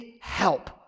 help